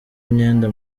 imyenda